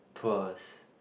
tours